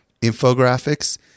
infographics